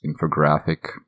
infographic